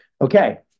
Okay